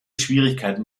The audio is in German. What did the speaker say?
schwierigkeiten